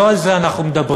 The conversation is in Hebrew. לא על זה אנחנו מדברים.